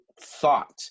thought